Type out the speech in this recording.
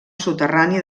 soterrani